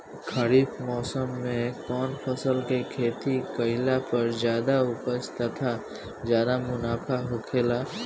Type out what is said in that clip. खरीफ़ मौसम में कउन फसल के खेती कइला पर ज्यादा उपज तथा ज्यादा मुनाफा होखेला?